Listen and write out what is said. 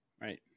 Right